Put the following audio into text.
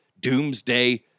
doomsday